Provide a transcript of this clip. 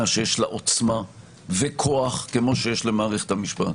שיש לה עוצמה וכוח כמו שיש למערכת המשפט.